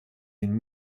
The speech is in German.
den